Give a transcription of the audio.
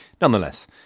Nonetheless